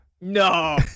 No